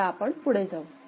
आता आपण पुढे जाऊ